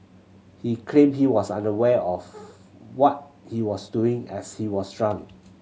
he claimed he was unaware of what he was doing as he was drunk